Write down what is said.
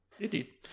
Indeed